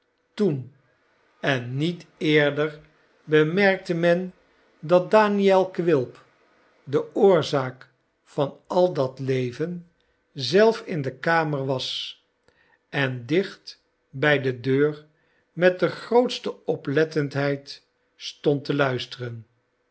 toen en nelly niet eerder bemerkte men dat daniel quilp de oorzaak van al dat leven zelf in de kamer was en dicht bij de deur met de grootste oplettendheid stond te luisteren